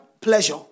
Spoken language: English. Pleasure